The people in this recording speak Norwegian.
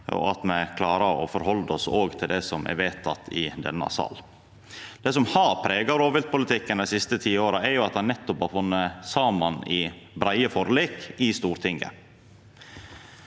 og at me klarer å forhalda oss til det som er vedteke i denne salen. Det som har prega rovviltpolitikken dei siste tiåra, er nettopp at ein har funne saman i breie forlik i Stortinget.